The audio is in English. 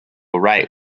write